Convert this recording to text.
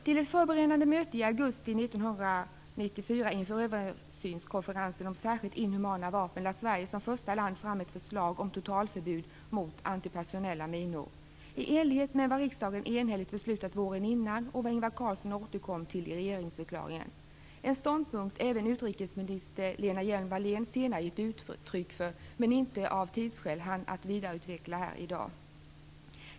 Till ett förberedande möte i augusti 1994 inför Översynskonferensen om särskilt inhumana vapen lade Sverige som första land fram ett förslag om totalförbud mot antipersonella minor, i enlighet med vad riksdagen enhälligt beslutat våren innan och vad Ingvar Carlsson återkom till i regeringsförklaringen. En ståndpunkt även Lena Hjelm-Wallén senare gett uttryck för men av tidsskäl inte hann att vidreutveckla här.